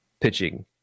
pitching